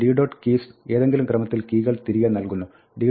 keys ഏതെങ്കിലും ക്രമത്തിൽ കീകൾ തിരികെ നൽകുന്നു d